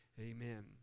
Amen